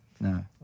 No